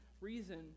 reason